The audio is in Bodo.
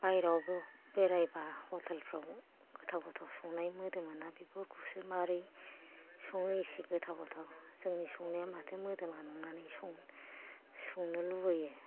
बायहेरायावबो बेरायबा ह'टेलफ्राव गोथाव गोथाव संनाय मोदोमोना बेफोरखौसो माबोरै सङो इसि गोथाव गोथाव जोंनि संनाया माथो मोदोमा नांनानै संनो लुबैयो